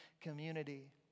community